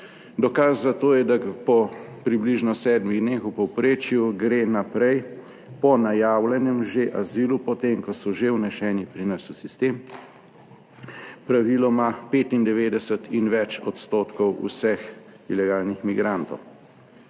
Dokaz za to je, da po približno sedmih dneh v povprečju gre naprej po najavljenem, že azilu, po tem ko so že vneseni pri nas v sistem praviloma 95 in več odstotkov vseh ilegalnih migrantov.